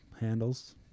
handles